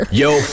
yo